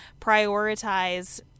prioritize